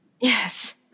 Yes